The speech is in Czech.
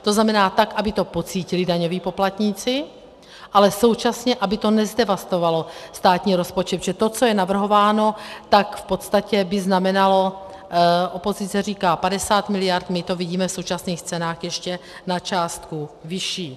To znamená tak, aby to pocítili daňoví poplatníci, ale současně aby to nezdevastovalo státní rozpočet, protože to, co je navrhováno, tak v podstatě by znamenalo, opozice říká 50 mld., my to vidíme v současných cenách ještě na částku vyšší.